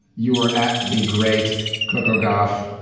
you were at the great coco golf.